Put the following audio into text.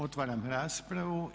Otvaram raspravu.